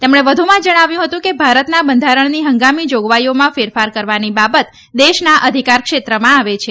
તેમણે વધુમાં જણાવ્યું હતું કે ભારતના બંધારણની હંગામી જાગવાઇઓમાં ફેરફાર કરવાની બાબત દેશના અધિકાર ક્ષેત્રમાં આવે છે